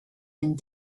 and